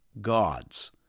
gods